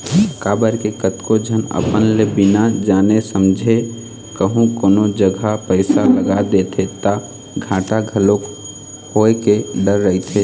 काबर के कतको झन अपन ले बिना जाने समझे कहूँ कोनो जघा पइसा लगा देथे ता घाटा घलोक होय के डर रहिथे